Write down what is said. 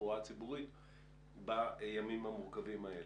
בתחבורה הציבורית בימים המורכבים האלה.